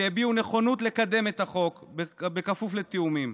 שהביעו נכונות לקדם את החוק בכפוף לתיאומים.